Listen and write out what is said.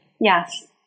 Yes